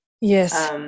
Yes